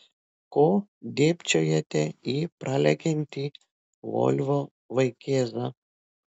ko dėbčiojate į pralekiantį volvo vaikėzą